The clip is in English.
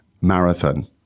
marathon